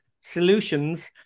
solutions